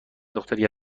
دختری